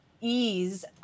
ease